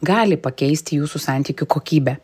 gali pakeisti jūsų santykių kokybę